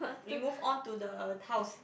we move on to the tiles